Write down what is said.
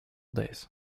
days